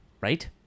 Right